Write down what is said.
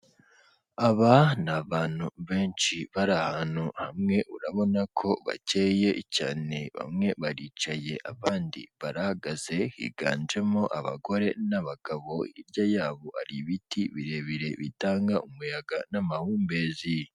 Aba ni abantu benshi bari ahantu hamwe, urabona ko bakeye cyane; bamwe baricaye abandi barahagaze higanjemo abagore n'abagabo hirya yabo ari ibiti birebire bitanga umuyaga n'amahumbezi.